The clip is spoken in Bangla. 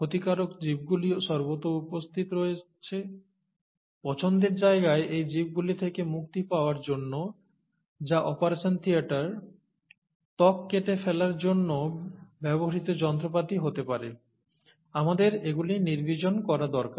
ক্ষতিকারক জীবগুলিও সর্বত্র উপস্থিত রয়েছে পছন্দের জায়গায় এই জীবগুলি থেকে মুক্তি পাওয়ার জন্য যা অপারেশন থিয়েটার ত্বক কেটে ফেলার জন্য ব্যবহৃত যন্ত্রপাতি হতে পারে আমাদের এগুলি নির্বীজন করা দরকার